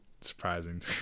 surprising